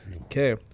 Okay